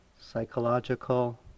psychological